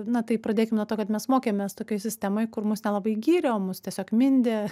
na tai pradėkim nuo to kad mes mokėmės tokioj sistemoj kur mus nelabai gyrė o mus tiesiog mindė